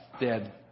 dead